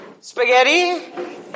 Spaghetti